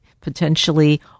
potentially